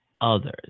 others